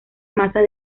masas